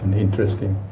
interesting.